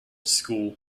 school